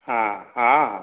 ହଁ ହଁ ହଁ